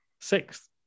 Sixth